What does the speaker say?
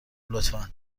لطفا